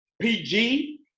PG